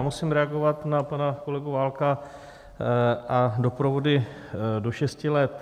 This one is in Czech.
Musím reagovat na pana kolegu Válka a doprovody do šesti let.